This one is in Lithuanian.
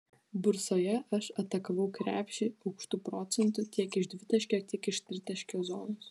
bursoje aš atakavau krepšį aukštu procentu tiek iš dvitaškio tiek iš tritaškio zonos